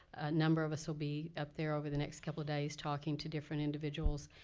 a number of us will be up there over the next couple of days talking to different individuals,